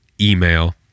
email